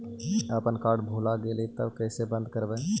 अपन कार्ड भुला गेलय तब कैसे बन्द कराइब?